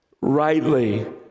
rightly